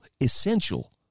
essential